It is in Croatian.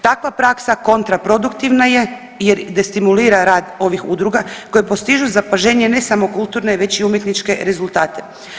Takva praksa kontra produktivna je, jer destimulira rad ovih udruga koje postižu zapaženije ne samo kulturne već i umjetničke rezultate.